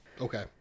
Okay